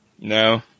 No